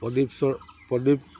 Pradip Pradip